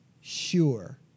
sure